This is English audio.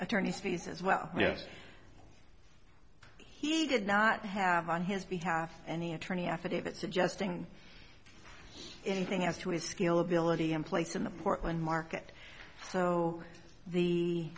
attorney's fees as well yes he did not have on his behalf any attorney affidavit suggesting anything as to his skill ability in place in the portland market so the